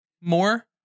more